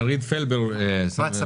שרית פלבר ממשרד